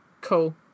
Cool